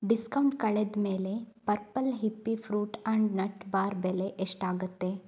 discount ಕಳೆದಮೇಲೆ purple hippie fruit and nut bar ಬೆಲೆ ಎಷ್ಟಾಗುತ್ತೆ